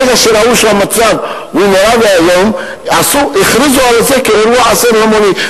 ברגע שראו שהמצב נורא ואיום הכריזו על זה כאירוע אסון המוני,